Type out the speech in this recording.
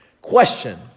Question